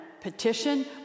petition